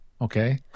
okay